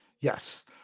Yes